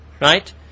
right